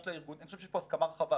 אני חושב שיש פה הסכמה רחבה,